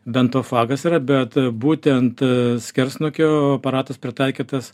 bentofagas yra bet būtent skersnukio aparatas pritaikytas